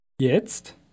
Jetzt